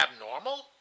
abnormal